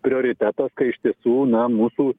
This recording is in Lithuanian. prioritetas kai iš tiesų na mūsų